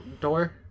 door